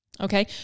okay